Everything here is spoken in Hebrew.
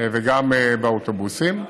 וגם באוטובוסים.